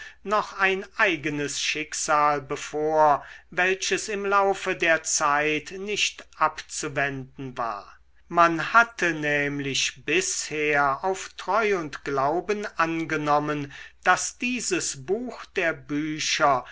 noch ein eigenes schicksal bevor welches im laufe der zeit nicht abzuwenden war man hatte nämlich bisher auf treu und glauben angenommen daß dieses buch der bücher